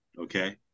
okay